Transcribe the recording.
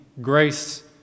grace